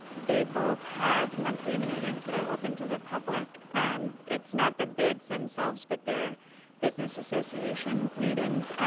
they both have monthly meetings that are open to the public um it's not the bids themselves, but their business association meetings.